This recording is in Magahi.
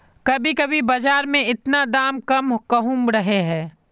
कभी कभी बाजार में इतना दाम कम कहुम रहे है?